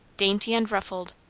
dainty and ruffled,